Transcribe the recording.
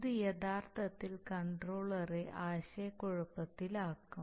ഇത് യഥാർത്ഥത്തിൽ കൺട്രോളറെ ആശയക്കുഴപ്പത്തിലാക്കും